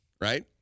right